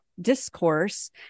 discourse